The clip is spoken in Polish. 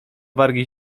wargi